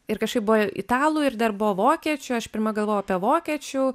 ir kažkaip buvo italų ir dar buvo vokiečių aš pirma galvojau apie vokiečių